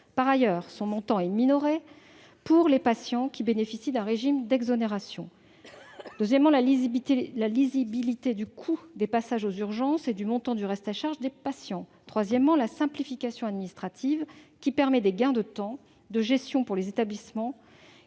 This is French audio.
Par ailleurs, son montant est minoré pour les patients qui bénéficient d'un régime d'exonération. Deuxièmement, elle vise la lisibilité du coût des passages aux urgences et du montant du reste à charge des patients. Troisièmement, elle vise la simplification administrative, qui permet des gains de temps et de gestion pour les établissements.